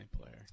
player